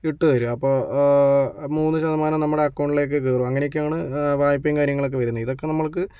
ഇട്ടു തരിക അപ്പം മൂന്ന് ശതമാനം നമ്മുടെ അക്കൗണ്ടിലോട്ട് കയറും അങ്ങനെയൊക്കെയാണ് വായ്പയും കാര്യങ്ങളും ഒക്കെ വരുന്നത് ഇതൊക്കെ നമ്മൾക്ക്